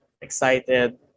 excited